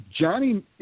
Johnny